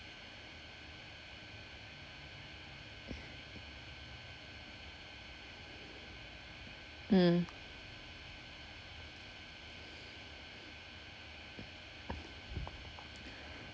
mm